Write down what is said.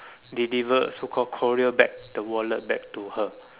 deliver so call courier back the wallet back to her